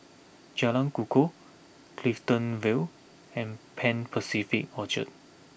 Jalan Kukoh Clifton Vale and Pan Pacific Orchard